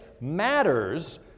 matters